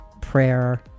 Prayer